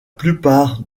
plupart